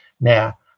now